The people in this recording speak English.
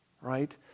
right